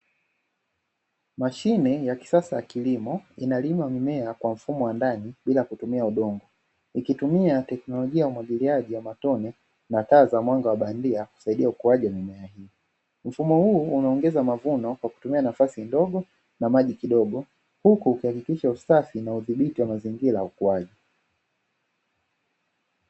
Mashine ya kisasa ya kilimo inalima mimea kwa mfumo wa ndani bila kutumia udongo ikitumia teknolojia ya umwagiliaji wa matone na taa za mwanga wa bandia kusaidia ukuaji. Mfumo huu unaongeza mavuno kwa kutumia nafasi ndogo na maji kidogo, huku ukihakikisha usafi na udhibiti wa mazingira ya ukuaji.